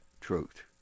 truth